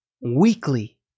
weekly